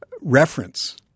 reference